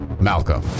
Malcolm